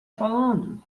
falando